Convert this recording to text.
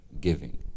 giving